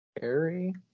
Harry